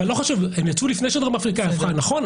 הם יצאו לפני שדרום אפריקה הייתה אדומה,